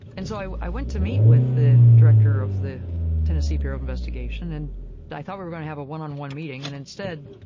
and so, i went to meet with the director of the tennessee bureau of investigation, and i thought we were going to have a one on one meeting. and instead,